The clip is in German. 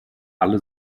alle